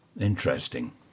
Interesting